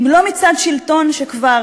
אם לא מצד שלטון שכבר